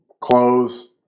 close